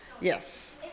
Yes